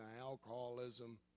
alcoholism